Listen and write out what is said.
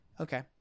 Okay